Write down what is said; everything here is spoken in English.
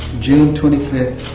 june twenty fifth,